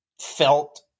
felt